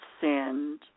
send